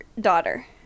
daughter